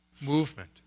movement